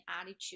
attitude